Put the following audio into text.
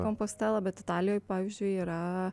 komposteloj bet italijoj pavyzdžiui yra